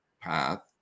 path